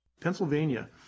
Pennsylvania